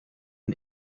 den